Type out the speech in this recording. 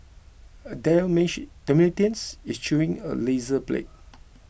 a Dalmatian is chewing a razor blade